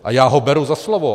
A já ho beru za slovo.